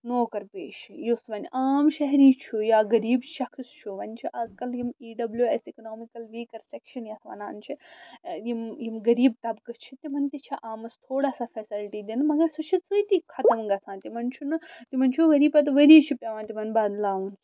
نوکر پیش یُس وۄنۍ عام شہری چھُ یا غریٖب شخص چھُ وۄنۍ چھُ آز کل یِم E W S economical weaker section یتھ وَنان چھِ یِم یِم غریٖب طبقہٕ چھِ تِمن تہِ چھِ آمٕژ تھوڑا سا فیسلٹی دِنہٕ مگر سُہ چھِ سۭتھی ختم گژھان تِمن چھُنہٕ تِمن چھُ ؤری پتہٕ ؤری چھُ پٮ۪وان تِمن بدلاوُن سُہ